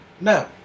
No